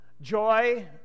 joy